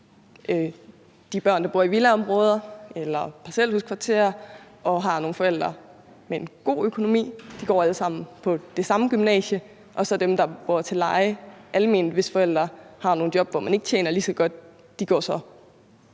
de børn, der bor i villaområder eller parcelhuskvarterer og har nogle forældre med en god økonomi, alle sammen går på det samme gymnasie, mens dem, der bor til leje i en almen bolig, og hvis forældre har nogle job, hvor man ikke tjener lige så meget, så går på